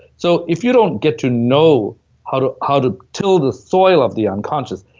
so if you don't get to know how to how to till the soil of the unconscious,